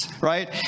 right